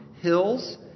hills